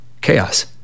chaos